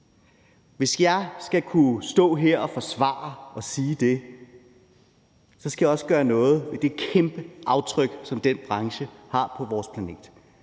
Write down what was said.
Hvis jeg skal kunne stå her og forsvare at sige det, skal jeg også gøre noget ved det kæmpe aftryk, som den branche har på vores planet.